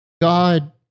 God